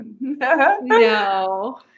No